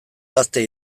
gazte